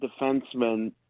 defenseman